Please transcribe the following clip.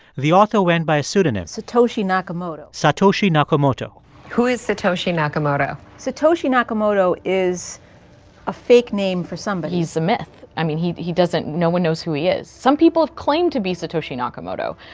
the author went by a pseudonym satoshi nakamoto satoshi nakamoto who is satoshi nakamoto? satoshi nakamoto is a fake name for somebody he's a myth. i mean, he he doesn't no one knows who he is. some people have claimed to be satoshi nakamoto,